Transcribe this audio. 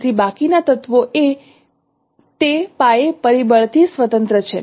તેથી બાકીના તત્વો એ તે પાયે પરિબળથી સ્વતંત્ર છે